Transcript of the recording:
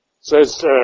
Says